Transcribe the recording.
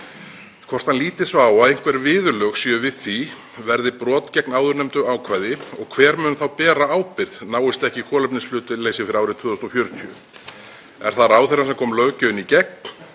hvort hann líti svo á að einhver viðurlög séu við því, verði brot gegn áðurnefndu ákvæði, og hver muni þá bera ábyrgð náist ekki kolefnishlutleysi fyrir árið 2040. Er það ráðherrann sem kom löggjöfinni í gegn,